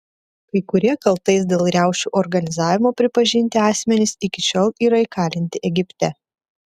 kai kurie kaltais dėl riaušių organizavimo pripažinti asmenys iki šiol yra įkalinti egipte